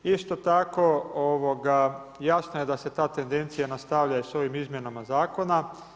Isto tako jasno je da se ta tendencija nastavlja i s ovim izmjenama zakona.